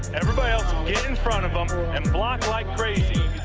everybody else get in front of him and block like crazy.